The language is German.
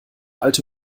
alte